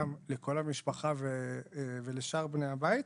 אלא גם לכל המשפחה ולשאר בני הבית.